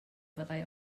fyddai